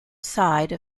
side